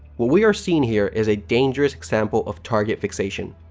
what we are seeing here is a dangerous example of target fixation.